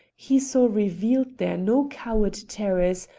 he saw revealed there no coward terrors,